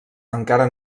encara